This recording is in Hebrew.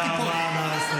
רד כבר.